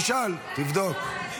תשאל, תבדוק.